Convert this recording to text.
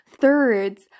thirds